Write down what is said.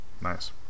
Nice